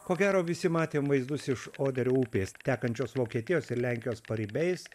ko gero visi matėm vaizdus iš oderio upės tekančios vokietijos ir lenkijos paribiais